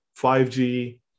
5G